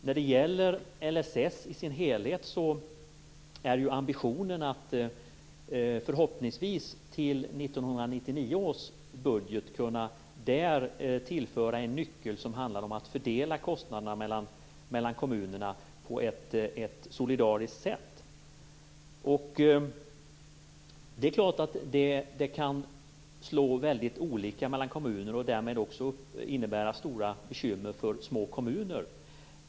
När det gäller LSS i dess helhet är ambitionen att vi, förhoppningsvis till 1999 års budget, skall kunna tillföra en nyckel till att fördela kostnaderna mellan kommunerna på ett solidariskt sätt. Det är klart att det kan slå olika mellan kommuner och därmed innebära stora bekymmer för små kommuner.